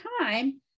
time